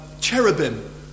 cherubim